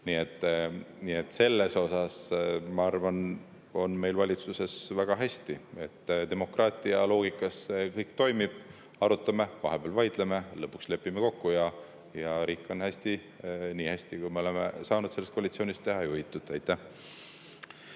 Nii et selles osas, ma arvan, on meil valitsuses väga hästi. Demokraatia loogikas see kõik toimib. Arutame, vahepeal vaidleme, lõpuks lepime kokku ja riik on hästi juhitud – nii hästi, kui me oleme [suutnud seda] selles koalitsioonis teha. Suur tänu,